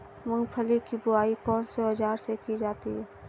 मूंगफली की बुआई कौनसे औज़ार से की जाती है?